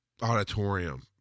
auditorium